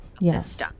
Yes